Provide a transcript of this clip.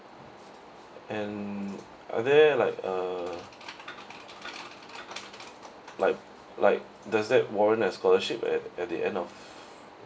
and are there like a like like does that warrant a scholarship at at the end of